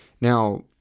Now